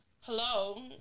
Hello